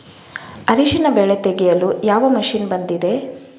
ಅರಿಶಿನ ಬೆಳೆ ತೆಗೆಯಲು ಯಾವ ಮಷೀನ್ ಬಂದಿದೆ?